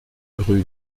rue